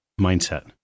mindset